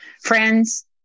Friends